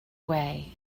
away